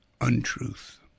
untruth